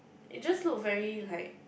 it just look very like